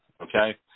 okay